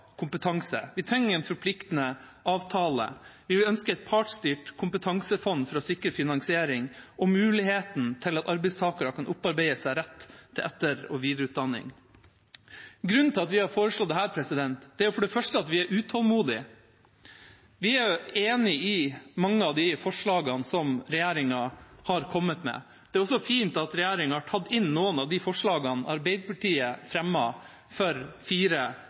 kompetanse. Vi trenger en forpliktende avtale. Vi ønsker et partsstyrt kompetansefond for å sikre finansiering og muligheten for at arbeidstakere kan opparbeide seg rett til etter- og videreutdanning. Grunnen til at vi har foreslått dette, er for det første at vi er utålmodige. Vi er enig i mange av de forslagene som regjeringa har kommet med. Det er også fint at regjeringa har tatt inn noen av de forslagene Arbeiderpartiet fremmet for fire